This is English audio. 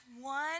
One